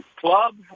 club